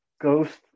ghost